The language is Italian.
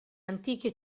antiche